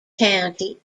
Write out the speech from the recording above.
county